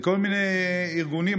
לכל מיני ארגונים,